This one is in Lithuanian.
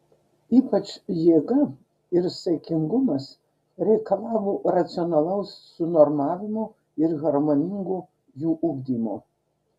ypač jėga ir saikingumas reikalavo racionalaus sunormavimo ir harmoningo jų ugdymo